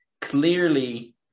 clearly